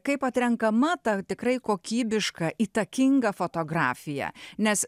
kaip atrenkama tą tikrai kokybišką įtakingą fotografiją nes